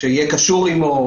שיהיה "קשור עמו",